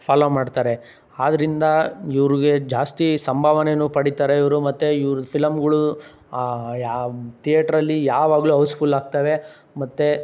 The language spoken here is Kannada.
ಫಾಲೋ ಮಾಡ್ತಾರೆ ಆದ್ದರಿಂದ ಇವರಿಗೆ ಜಾಸ್ತಿ ಸಂಭಾವನೆನೂ ಪಡೀತಾರೆ ಇವರು ಮತ್ತೆ ಇವರ ಫಿಲಂಗಳು ಯಾವ್ ತಿಯೇಟ್ರಲ್ಲಿ ಯಾವಾಗಲೂ ಔಸ್ಫುಲ್ ಆಗುತ್ತವೆ ಮತ್ತೆ